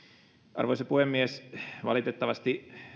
arvoisa puhemies valitettavasti